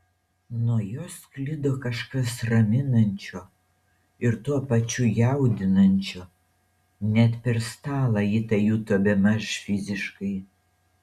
nuo jo sklido kažkas raminančio ir tuo pačiu jaudinančio net per stalą ji tai juto bemaž fiziškai